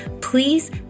Please